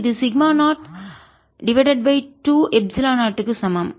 இது sigma 0 divided by 2 epsilon 0 க்கு சமம்